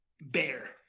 Bear